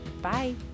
bye